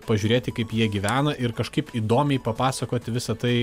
pažiūrėti kaip jie gyvena ir kažkaip įdomiai papasakoti visa tai